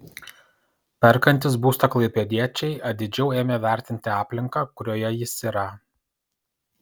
perkantys būstą klaipėdiečiai atidžiau ėmė vertinti aplinką kurioje jis yra